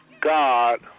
God